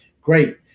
Great